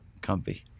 comfy